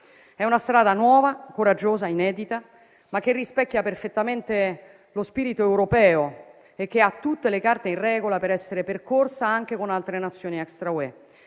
È una strada nuova, coraggiosa, inedita, ma che rispecchia perfettamente lo spirito europeo e che ha tutte le carte in regola per essere percorsa anche con altre Nazioni extra-UE.